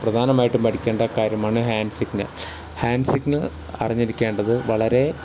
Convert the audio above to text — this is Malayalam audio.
പ്രധാനമായിട്ടും പഠിക്കേണ്ട കാര്യമാണ് ഹാൻഡ് സിഗ്നൽ ഹാൻഡ് സിഗ്നൽ അറിഞ്ഞിരിക്കേണ്ടത് വളരേ